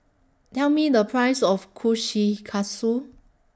Tell Me The Price of Kushikatsu